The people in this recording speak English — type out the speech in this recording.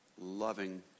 loving